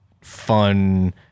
fun